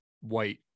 white